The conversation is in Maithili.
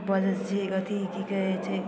बजै छिए अथी कि कहै छै